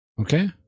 Okay